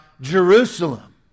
Jerusalem